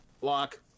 lock